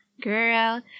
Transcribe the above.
girl